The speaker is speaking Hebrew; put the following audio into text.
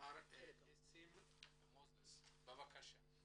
מר ניסים מוזס, בבקשה.